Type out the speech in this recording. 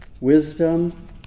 wisdom